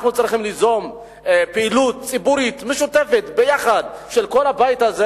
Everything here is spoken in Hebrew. אנחנו צריכים ליזום פעילות ציבורית משותפת ביחד של כל הבית הזה.